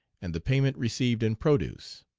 and the payment received in produce?